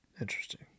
Interesting